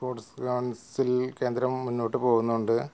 sports council കേന്ദ്രം മുന്നോട്ട് പോകുന്നുണ്ട്